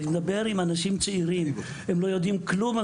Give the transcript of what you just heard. אני מדבר עם אנשים צעירים הם לא יודעים על זה כלום,